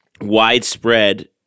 widespread